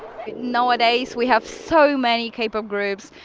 nowadays we have so many k-pop ah groups,